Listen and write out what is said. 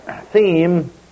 theme